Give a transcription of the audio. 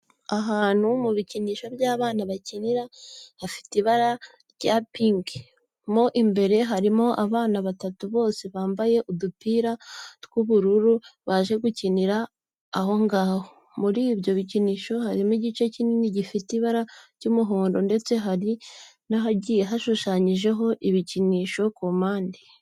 Ahantu mu bikinisho by'abana bakinira, hafite ibara rya pinki, mo imbere harimo abana batatu bose bambaye udupira tw'ubururu baje gukinira aho ngaho. Muri ibyo bikinisho harimo igice kinini gifite ibara ry'umuhondo ndetse hari n'ahagiye hashushanyijeho ibikinisho ku mpande.